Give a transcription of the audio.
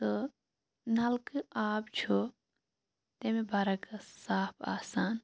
تہٕ نَلقہٕ آب چھُ تمہِ بَرعکس صاف آسان